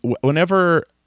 Whenever